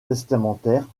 testamentaires